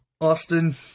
Austin